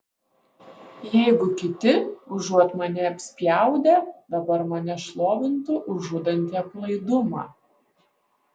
jeigu kiti užuot mane apspjaudę dabar mane šlovintų už žudantį aplaidumą